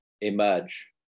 emerge